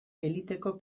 eliteko